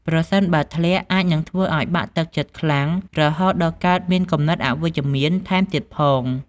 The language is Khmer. ប្រសិនបើ ធ្លាក់អាចនឹងធ្វើឲ្យបាក់ទឹកចិត្តខ្លាំង រហូតដល់កើតមានគំនិតអវិជ្ជមានថែមទៀតផង។